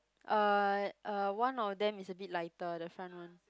uh uh one of them is a bit lighter the front one